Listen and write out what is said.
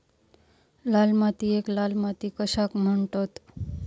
लाल मातीयेक लाल माती कशाक म्हणतत?